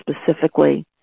specifically